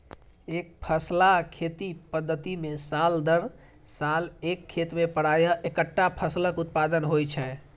एकफसला खेती पद्धति मे साल दर साल एक खेत मे प्रायः एक्केटा फसलक उत्पादन होइ छै